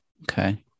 Okay